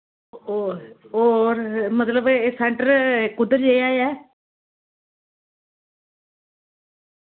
और और मतलब एह् सैंटर कुद्धर जेहा ऐ